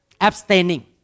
abstaining